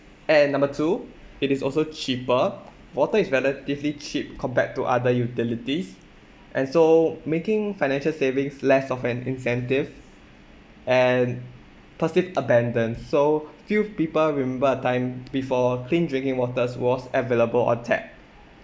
and number two it is also cheaper water is relatively cheap compared to other utilities and so making financial savings less of an incentive and perceive abandoned so few people remember a time before clean drinking waters was available on tap